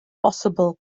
bosibl